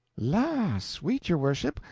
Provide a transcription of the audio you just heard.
la, sweet your worship,